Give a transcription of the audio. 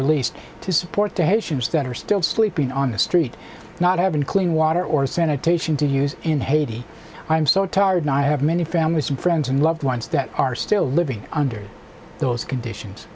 released to support the haitians that are still sleeping on the street not have been clean water or sanitation to use in haiti i'm so tired i have many families and friends and loved ones that are still living under those conditions